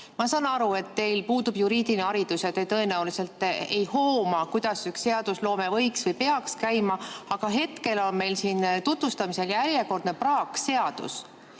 Ma saan aru, et teil puudub juriidiline haridus ja te tõenäoliselt ei hooma, kuidas seadusloome võiks või peaks käima, aga hetkel on meil siin tutvustamisel järjekordne praakseadus